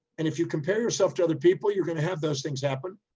and if you compare yourself to other people, you're going to have those things happen.